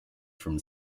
from